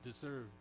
deserve